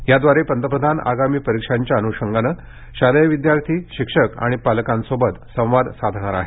याद्वारे पंतप्रधान आगामी परीक्षांच्या अनुषंगानं शालेय विद्यार्थी शिक्षक आणि पालकांसोबत संवाद साधणार आहेत